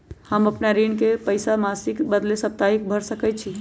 हम अपन ऋण के पइसा मासिक के बदले साप्ताहिके भरई छी